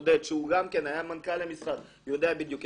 עודד פורר שגם היה מנכ"ל המשרד והוא יודע בדיוק,